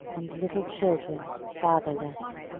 and little children fatherless.